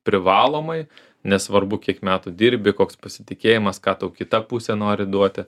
privalomai nesvarbu kiek metų dirbi koks pasitikėjimas ką tau kita pusė nori duoti